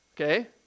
Okay